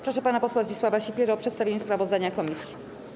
Proszę pana posła Zdzisława Sipierę o przedstawienie sprawozdania komisji.